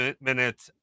minute